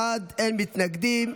12 בעד, אין מתנגדים.